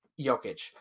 Jokic